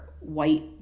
white